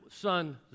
son